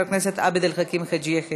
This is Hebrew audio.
חבר הכנסת עבד אל חכים חאג' יחיא,